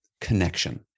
connection